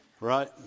right